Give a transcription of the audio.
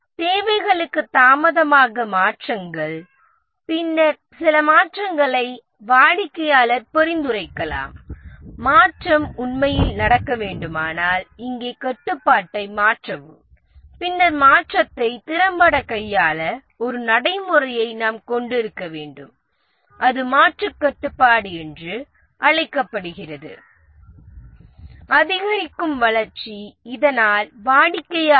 தேவைகளுக்கு தாமதமாக மாற்றங்கள் பின்னர் சில மாற்றங்களை வாடிக்கையாளர் பரிந்துரைக்கலாம் மாற்றம் உண்மையில் நடக்க வேண்டுமானால் இங்கே கட்டுப்பாட்டை மாற்றவும் பின்னர் மாற்றத்தை திறம்பட கையாள ஒரு நடைமுறையை நாம் கொண்டிருக்க வேண்டும் அது மாற்றக் கட்டுப்பாடு என்று அழைக்கப்படுகிறது அதிகரிக்கும் வளர்ச்சி இதனால் வாடிக்கையாளர்